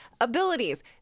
abilities